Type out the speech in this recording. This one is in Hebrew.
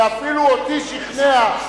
ואפילו אותי שכנע,